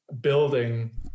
building